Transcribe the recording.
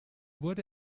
wurde